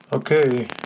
Okay